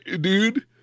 dude